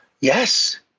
Yes